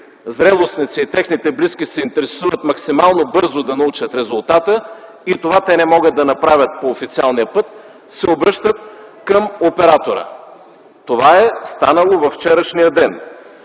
зрелостници и техните близки се интересуват максимално бързо да научат резултата, и това те не могат да направят по официалния път, се обръщат към оператора. Това е станало във вчерашния ден.